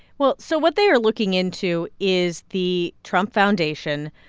well, so what they are looking into is the trump foundation.